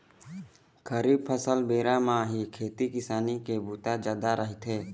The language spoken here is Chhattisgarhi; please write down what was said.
खरीफ फसल बेरा म ही खेती किसानी के बूता जादा रहिथे